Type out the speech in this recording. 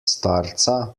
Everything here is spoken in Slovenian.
starca